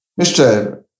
Mr